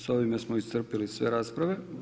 S ovime smo iscrpili sve rasprave.